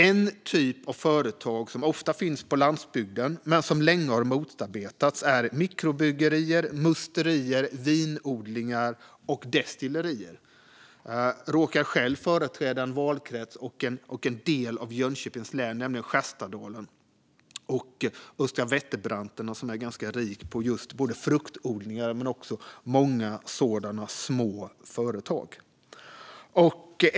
En typ av företag som ofta finns på landsbygden men som länge har motarbetats är mikrobryggerier, musterier, vinodlingar och destillerier. Jag råkar själv företräda en valkrets och en del av Jönköpings län, nämligen Skärstadalen och Östra Vätterbranterna, som är ganska rik på fruktodlingar och har många sådana små företag.